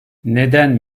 neden